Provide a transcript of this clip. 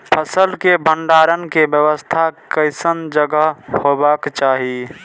फसल के भंडारण के व्यवस्था केसन जगह हेबाक चाही?